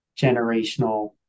generational